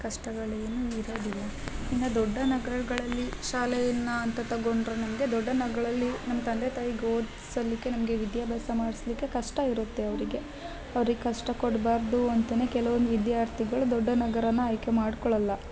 ಕಷ್ಟಗಳೇನು ಇರೋದಿಲ್ಲ ಇನ್ನ ದೊಡ್ಡ ನಗರಗಳಲ್ಲಿ ಶಾಲೆಯನ್ನ ಅಂತ ತಗೊಂಡರೆ ನಮಗೆ ದೊಡ್ಡ ನಗ್ಳಲ್ಲಿ ನಮ್ಮ ತಂದೆ ತಾಯಿಗೆ ಓದ್ಸಲಿಕ್ಕೆ ನಮಗೆ ವಿದ್ಯಾಭ್ಯಾಸ ಮಾಡ್ಸ್ಲಿಕ್ಕೆ ಕಷ್ಟ ಇರುತ್ತೆ ಅವರಿಗೆ ಅವ್ರಿಗೆ ಕಷ್ಟ ಕೊಡ್ಬಾರದು ಅಂತನೆ ಕೆಲವೊಂದು ವಿದ್ಯಾರ್ತಿಗಳು ದೊಡ್ಡ ನಗರನ ಆಯ್ಕೆ ಮಾಡ್ಕೊಳಲ್ಲ